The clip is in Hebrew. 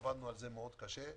עבדנו על זה מאוד קשה.